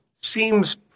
seems